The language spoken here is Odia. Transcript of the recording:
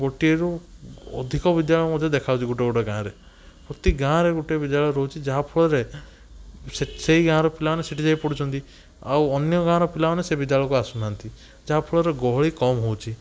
ଗୋଟିଏରୁ ଅଧିକ ବିଦ୍ୟାଳୟ ମଧ୍ୟ ଦେଖାଯାଉଛି ଗୋଟେ ଗୋଟେ ଗାଁରେ ପ୍ରତି ଗାଁରେ ଗୋଟିଏ ବିଦ୍ୟାଳୟ ରହୁଛି ଯାହାଫଳରେ ସେହି ଗାଁର ପିଲାମାନେ ସେଠି ଯାଇ ପଢ଼ୁଛନ୍ତି ଆଉ ଅନ୍ୟ ଗାଁର ପିଲାମାନେ ସେ ବିଦ୍ୟାଳୟକୁ ଆସୁନାହାଁନ୍ତି ଯାହାଫଳରେ ଗହଳି କମ ହେଉଛି